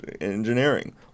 engineering